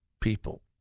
people